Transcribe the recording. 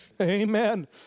Amen